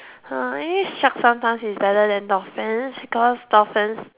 Hai sharks sometimes is better than dolphins because dolphins